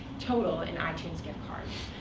total, in ah itunes gift cards.